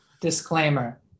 disclaimer